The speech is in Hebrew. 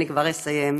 אני כבר אסיים,